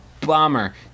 bummer